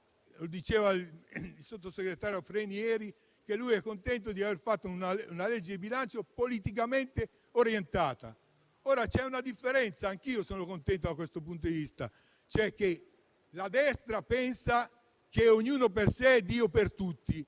diceva il sottosegretario Freni - che sono contenti di aver fatto una legge di bilancio politicamente orientata. Ora, c'è una differenza - anch'io sono contento da questo punto di vista - perché la destra pensa "ognuno per sé e Dio per tutti",